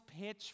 pitch